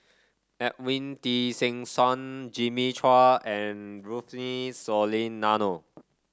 Edwin Tessensohn Jimmy Chua and Rufino Soliano